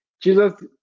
Jesus